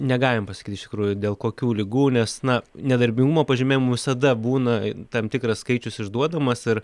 negalim pasakyt iš tikrųjų dėl kokių ligų nes na nedarbingumo pažymėjimų visada būna tam tikras skaičius išduodamas ir